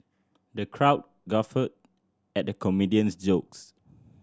the crowd guffawed at the comedian's jokes